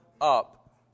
up